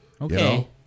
Okay